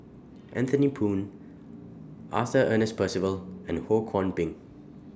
Anthony Poon Arthur Ernest Percival and Ho Kwon Ping